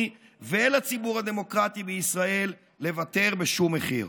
ולציבור הדמוקרטי בישראל לוותר בשום מחיר.